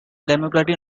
democratic